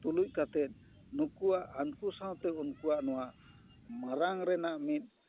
ᱛᱩᱞᱩᱡᱽ ᱠᱟᱛᱮᱫ ᱱᱩᱠᱩᱣᱟᱜ ᱦᱟᱹᱱᱠᱩ ᱥᱟᱶᱛᱮ ᱩᱱᱠᱩᱣᱟᱜ ᱱᱚᱣᱟ ᱢᱟᱨᱟᱝ ᱨᱮᱱᱟᱜ ᱢᱤᱫ